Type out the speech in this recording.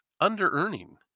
under-earning